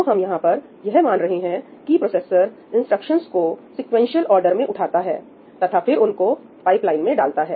तो हम यहां पर यह मान रहे हैं कि प्रोसेसर इंस्ट्रक्शंस को सीक्वेंशियल ऑर्डर में उठाता है तथा फिर उनको पाइपलाइन में डालता है